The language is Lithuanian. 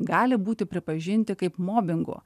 gali būti pripažinti kaip mobingu